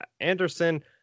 Anderson